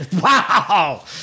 Wow